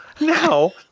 now